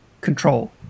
control